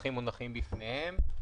הנוסחים מונחים בפניהם.